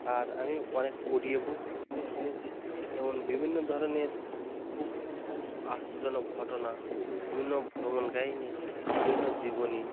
আর আমি অনেক অডিয়ো বুকও শুনেছি যেমন বিভিন্ন ধরনের খুব আশ্চর্যজনক ঘটনা বিভিন্ন ভ্রমণ কাহিনি বিভিন্ন জীবনী